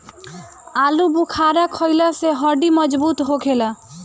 आलूबुखारा खइला से हड्डी मजबूत होखेला